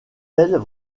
elles